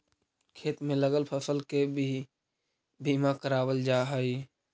खेत में लगल फसल के भी बीमा करावाल जा हई